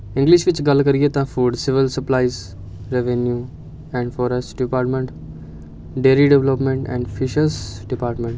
English ਵਿੱਚ ਗੱਲ ਕਰੀਏ ਤਾਂ food civil supplies revenue and forests department dairy development and fisheries department